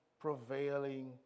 prevailing